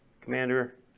commander